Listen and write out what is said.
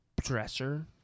dresser